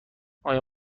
آیا